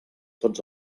tots